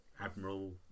Admiral